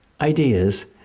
ideas